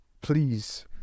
please